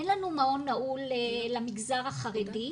אין לנו מעון נעול למגזר החרדי,